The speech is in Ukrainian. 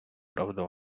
правда